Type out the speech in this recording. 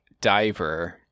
Diver